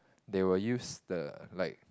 they will use the like